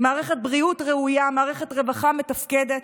מערכת בריאות ראויה, מערכת רווחה מתפקדת.